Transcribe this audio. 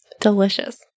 Delicious